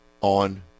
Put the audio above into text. on